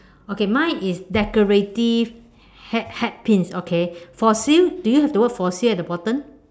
okay mine is decorative hair hair pin okay for sale do you have for sale at the bottom